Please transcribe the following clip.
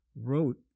wrote